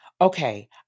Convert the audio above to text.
Okay